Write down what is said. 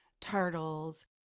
turtles